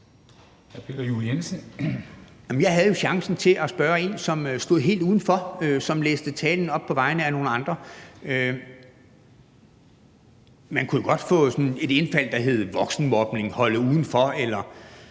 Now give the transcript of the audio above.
her havde jeg chancen til at spørge en, som stod helt udenfor, og som læste talen op på vegne af nogle andre. Man kunne jo godt få et indfald, der hedder voksenmobning, at blive holdt udenfor, eller